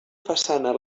façana